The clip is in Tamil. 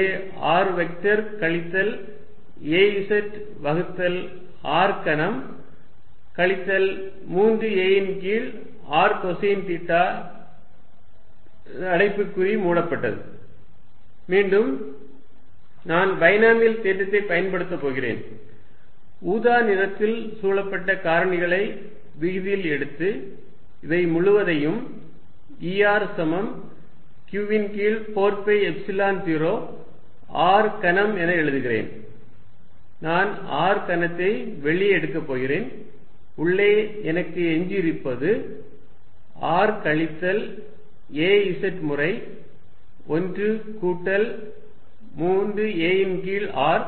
உள்ளே r வெக்டர் கழித்தல் a z வகுத்தல் r கனம் கழித்தல் 3 a ன் கீழ் r கொசைன் தீட்டா அடைப்புக்குறி மூடப்பட்டது Erq4π0r azr31 3arcosθ razr313arcosθ மீண்டும் நான் பைனோமியல் தேற்றத்தைப் பயன்படுத்தப் போகிறேன் ஊதா நிறத்தில் சூழப்பட்ட காரணிகளை விகுதியில் எடுத்து இவை முழுவதையும் E r சமம் q ன் கீழ் 4 பை எப்சிலன் 0 r கனம் என எழுதுகிறேன் நான் r கனத்தை வெளியே எடுக்கப் போகிறேன் உள்ளே எனக்கு எஞ்சியிருப்பது r கழித்தல் a z முறை 1 கூட்டல் 3 a ன் கீழ் r